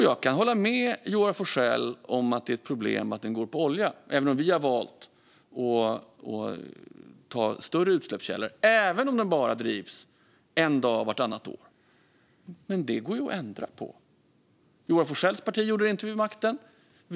Jag kan hålla med Joar Forssell om att det är ett problem att den går på olja, även om vi har valt att ta större utsläppskällor och även om den bara drivs vartannat år. Men detta går ju att ändra på! Joar Forssells parti gjorde det inte när de satt vid makten.